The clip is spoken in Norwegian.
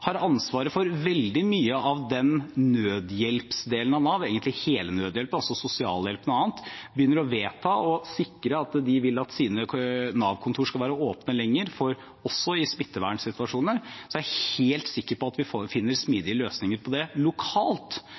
har ansvar for veldig mye av nødhjelpsdelen av Nav, egentlig hele nødhjelpen, altså sosialhjelpen og annet, begynner å vedta og sikre at deres Nav-kontor skal være åpent lenger, også i smittevernsituasjoner, er jeg helt sikker på at de finner smidige løsninger på det lokalt.